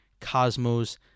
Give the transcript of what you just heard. Cosmos